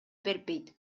бербейт